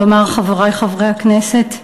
לומר לסיום, חברי חברי הכנסת: